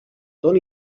ton